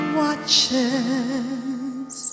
watches